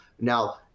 Now